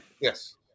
Yes